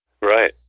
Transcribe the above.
right